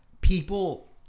people